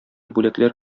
бүләкләр